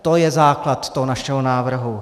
To je základ toho našeho návrhu.